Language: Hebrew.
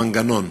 המנגנון.